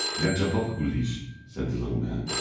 now, jump up, guleesh, said the little man,